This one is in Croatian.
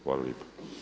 Hvala lijepa.